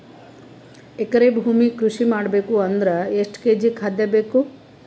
ಎಕರೆ ಭೂಮಿ ಕೃಷಿ ಮಾಡಬೇಕು ಅಂದ್ರ ಎಷ್ಟ ಕೇಜಿ ಖಾದ್ಯ ಬೇಕು?